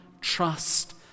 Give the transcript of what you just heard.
trust